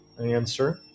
answer